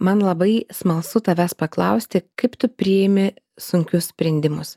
man labai smalsu tavęs paklausti kaip tu priimi sunkius sprendimus